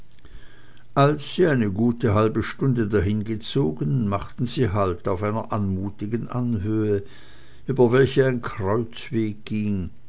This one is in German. als sie eine gute halbe stunde dahingezogen machten sie halt auf einer anmutigen anhöhe über welche ein kreuzweg ging